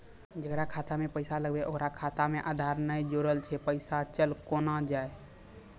जेकरा खाता मैं पैसा लगेबे ओकर खाता मे आधार ने जोड़लऽ छै पैसा चल कोना जाए?